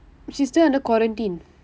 she's still under quarantine